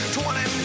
twenty